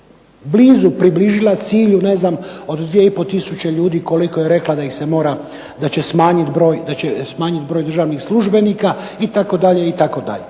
blizu približila cilju od 2500 ljudi koliko je rekla da ih se mora, da će smanjit broj državnih službenika itd., itd.